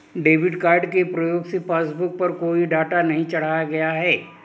debit card के प्रयोग से पासबुक पर कोई डाटा नहीं चढ़ाया गया है